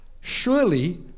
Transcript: surely